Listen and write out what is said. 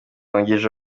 wungirije